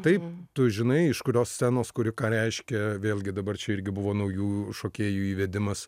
taip tu žinai iš kurios scenos kuri ką reiškia vėlgi dabar čia irgi buvo naujų šokėjų įvedimas